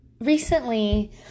Recently